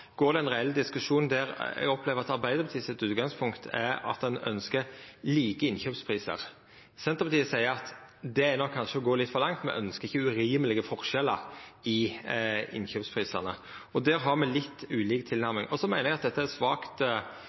går det ein reell diskusjon der eg opplever at Arbeidarpartiets utgangspunkt er at ein ønskjer like innkjøpsprisar. Senterpartiet seier at det er nok kanskje å gå litt for langt. Me ønskjer ikkje urimelege forskjellar i innkjøpsprisane. Der har me litt ulik tilnærming. Så meiner eg at dette er svakt